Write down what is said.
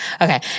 Okay